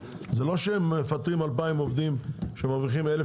זה לא שהם מפטרים 2,000 עובדים שמרוויחים 1,000